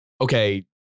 okay